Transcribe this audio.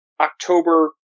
October